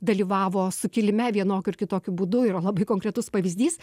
dalyvavo sukilime vienokiu ar kitokiu būdu yra labai konkretus pavyzdys